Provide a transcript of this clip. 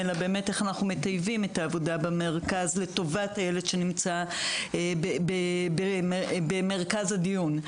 אלא איך אנחנו מטייבים את העבודה במרכז לטובת הילד שנמצא במרכז הדיון.